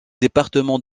département